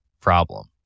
problem